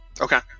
Okay